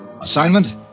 Assignment